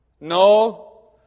no